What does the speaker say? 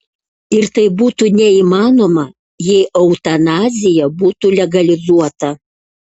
ir tai būtų neįmanoma jei eutanazija būtų legalizuota